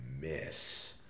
miss